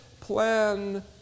plan